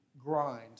grind